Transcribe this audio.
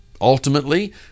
Ultimately